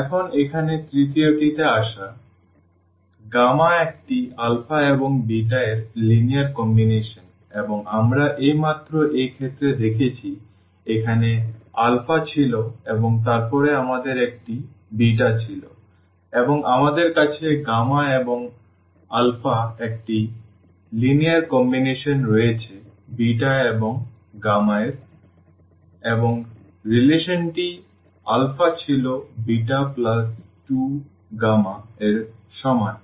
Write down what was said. এখন এখানে তৃতীয় টি তে আসা একটি এবং β এর লিনিয়ার কম্বিনেশন এবং আমরা এই মাত্র এই ক্ষেত্রে দেখেছি এখানে ছিল এবং তারপরে আমাদের একটি β ছিল এবং আমাদের কাছে এর একটি লিনিয়ার কম্বিনেশন রয়েছে এবং এর এবং সম্পর্কটি ছিল plus 2 এর সমান